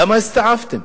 למה הסתאבתם?